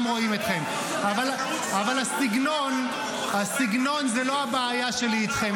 איך עוננות קשורה לתקציב?